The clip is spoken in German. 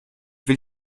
will